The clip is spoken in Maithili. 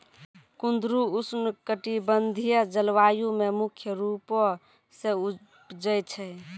कुंदरु उष्णकटिबंधिय जलवायु मे मुख्य रूपो से उपजै छै